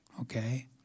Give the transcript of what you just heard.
Okay